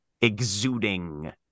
exuding